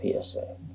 PSA